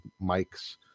Mike's